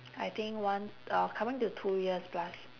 I think one uh coming to two years plus